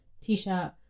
T-shirt